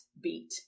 beat